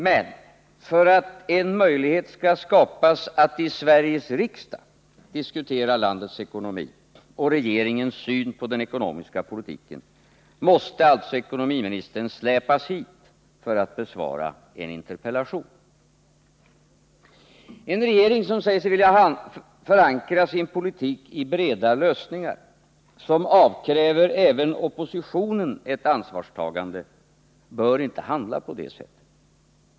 Men för att en möjlighet skall skapas att i Sveriges riksdag diskutera landets ekonomi och regeringens syn på den ekonomiska politiken, måste alltså ekonomiministern släpas hit för att besvara en interpellation. En regering som säger sig vilja förankra sin politik i breda lösningar och som avkräver även oppositionen ett ansvarstagande bör inte handla på det sättet.